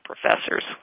professors